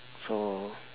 so